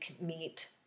meet